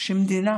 שמדינה